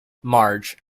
marge